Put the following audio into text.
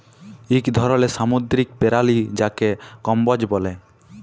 ইক ধরলের সামুদ্দিরিক পেরালি যাকে কম্বোজ ব্যলে